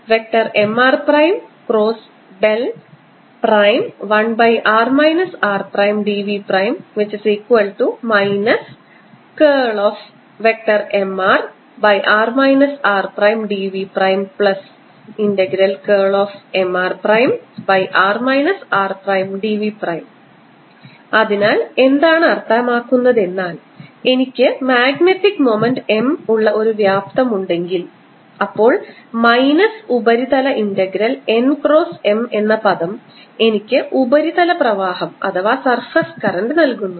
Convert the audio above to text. Mr×1r rdV Mrr rdVMrr rdV അതിനാൽ എന്താണ് അർത്ഥമാക്കുന്നത് എന്നാൽ എനിക്ക് മാഗ്നറ്റിക് മൊമെന്റ് M ഉള്ള ഒരു വ്യാപ്തം ഉണ്ടെങ്കിൽ അപ്പോൾ മൈനസ് ഉപരിതല ഇന്റഗ്രൽ n ക്രോസ് M എന്ന പദം എനിക്ക് ഉപരിതല പ്രവാഹം നൽകുന്നു